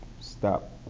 stop